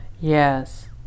yes